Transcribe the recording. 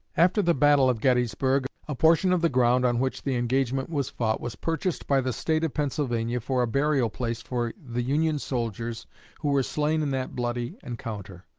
after the battle of gettysburg, a portion of the ground on which the engagement was fought was purchased by the state of pennsylvania for a burial-place for the union soldiers who were slain in that bloody encounter.